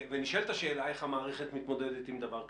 נשאלת השאלה איך המערכת מתמודדת עם דבר כזה.